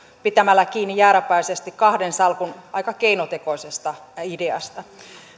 pitämällä kiinni jääräpäisesti kahden salkun aika keinotekoisesta ideasta